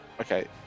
Okay